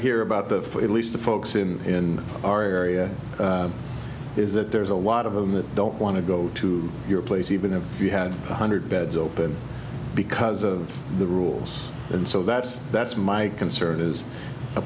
hear about the for at least the folks in our area is that there's a lot of them that don't want to go to your place even if you had one hundred beds open because of the rules and so that's that's my concern is a